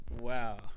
Wow